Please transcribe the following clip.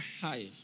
Hi